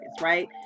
right